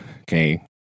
Okay